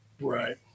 Right